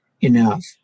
enough